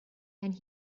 and